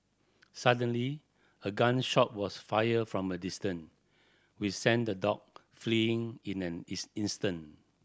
suddenly a gun shot was fired from a distance which sent the dog fleeing in an ins instant